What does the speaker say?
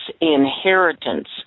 inheritance